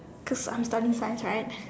cause I'm studying science right